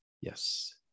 Yes